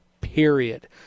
period